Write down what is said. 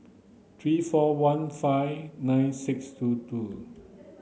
three four one five nine six two two